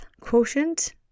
quotient